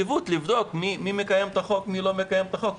בנושא: